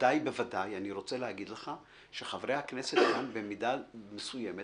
ובוודאי שחברי הכנסת במידה מסוימת